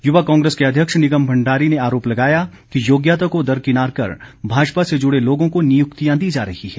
युवा कांग्रेस के अध्यक्ष निगम भंडारी ने आरोप लगाया कि योग्यता को दरकिनार कर भाजपा से जुड़े लोगों को नियुक्तियां दी जा रही हैं